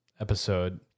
episode